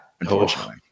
unfortunately